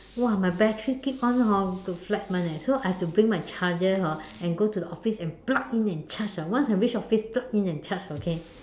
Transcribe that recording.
!wah! my battery keep on hor go flat [one] eh so I have to bring my charger hor and go to the office and plug in and charge ah once I reach office plug in and charge okay